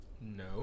No